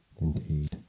Indeed